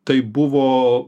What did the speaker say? tai buvo